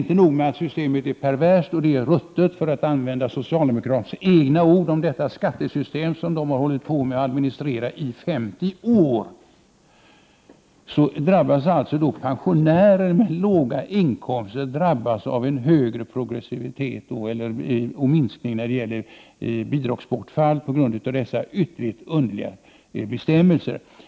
Inte nog med att systemet är perverst och ruttet, för att använda socialdemokraternas egna ord om det skattesystem som de har administrerat i 50 år, utan pensionärer med låga inkomster drabbas av högre progressivitet och bidragsbortfall på grund av dessa ytterligt underliga bestämmelser.